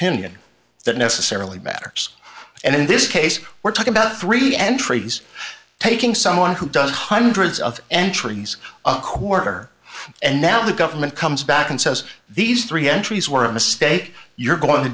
pinion that necessarily matters and in this case we're talking about three entries taking someone who does hundreds of entries a quarter and now the government comes back and says these three entries were a mistake you're going to